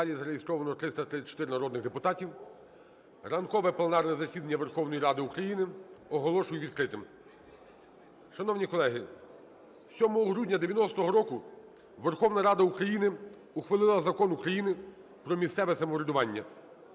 залі зареєстровано 334 народних депутатів. Ранкове пленарне засідання Верховної Ради України оголошую відкритим. Шановні колеги, 7 грудня 1990 року Верховна Рада України ухвалила Закон України про місцеве самоврядування.